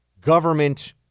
government